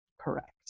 Correct